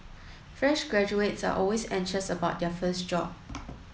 fresh graduates are always anxious about their first job